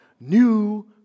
new